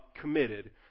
committed